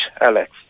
Alex